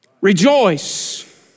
Rejoice